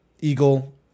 eagle